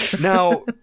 Now